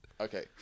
Okay